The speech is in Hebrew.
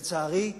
לצערי,